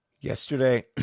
Yesterday